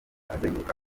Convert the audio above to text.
azenguruka